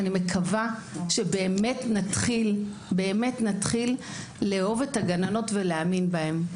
אני מקווה שבאמת נתחיל לאהוב את הגננות ולהאמין בהן,